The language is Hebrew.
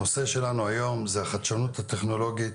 הנושא שלנו היום הוא החדשנות הטכנולוגית